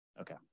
Okay